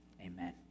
Amen